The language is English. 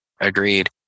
Agreed